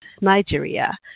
Nigeria